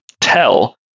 tell